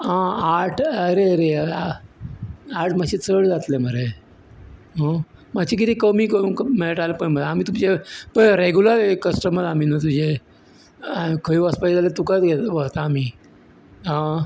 आं आठ अरे अरे आठ मातशे चड जातले मरे आं मातशें कितें कमी करूंक मेळटा तर पळय मरे आमी तुमचे पय रॅगूलर कस्टमर आमी न्हु तुजे आं खंय वचपाचे आसल्यार तुकाच गे वरता आमी आं